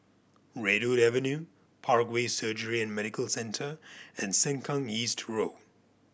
Redwood Avenue Parkway Surgery and Medical Centre and Sengkang East Road